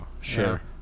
Sure